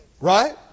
Right